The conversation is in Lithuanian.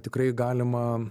tikrai galima